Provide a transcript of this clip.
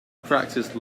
practised